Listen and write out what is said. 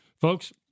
Folks